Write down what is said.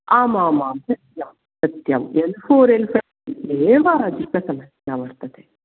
आम् आम् आं सत्यं सत्यम् एल् फ़ोर् एल् फ़ै तदेव अधिकसमस्या वर्तते